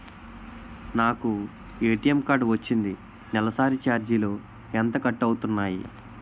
నాకు ATM card వచ్చింది నెలసరి ఛార్జీలు ఎంత కట్ అవ్తున్నాయి?